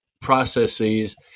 processes